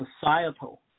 Societal